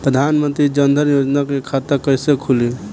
प्रधान मंत्री जनधन योजना के खाता कैसे खुली?